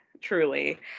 Truly